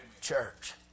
church